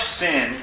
sin